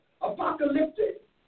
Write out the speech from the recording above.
Apocalyptic